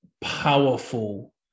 powerful